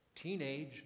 teenage